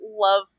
love